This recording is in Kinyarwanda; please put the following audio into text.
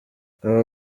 aba